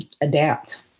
adapt